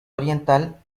oriental